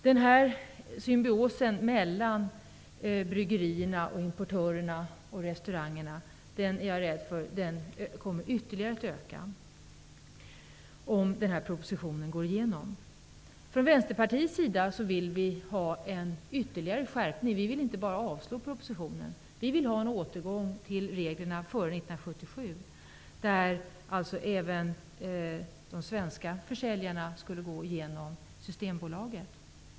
Jag är rädd för att symbiosen mellan bryggerierna, importörerna och restaurangerna ytterligare kommer att öka om propositionen går igenom. Vi i Vänsterpartiet vill ha en ytterligare skärpning av reglerna. Vi vill inte bara avslå propositionen utan också ha en återgång till de regler som gällde före 1977. Dessa regler angav att även de svenska försäljarna skulle sälja genom Systembolaget.